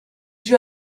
you